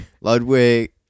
Ludwig